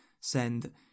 Send